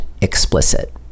explicit